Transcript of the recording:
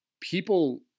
people